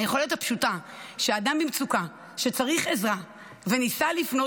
היכולת הפשוטה שאדם במצוקה שצריך עזרה וניסה לפנות